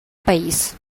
país